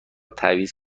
تعویض